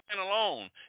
alone